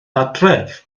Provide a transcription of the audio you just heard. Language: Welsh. adref